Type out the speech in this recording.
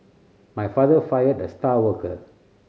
my father fired the star worker